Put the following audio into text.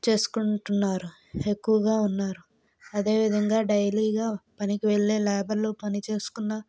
చేసుకుంటున్నారు ఎక్కువగా ఉన్నారు అదేవిధంగా డైలీ గా పనికి వెళ్ళే లేబర్లు పనిచేసుకున్న